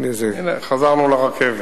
הנה, חזרנו לרכבת.